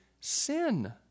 sin